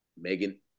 Megan